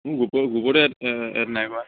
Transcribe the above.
মোক গ্ৰপ গ্ৰপতে এড নাই কৰা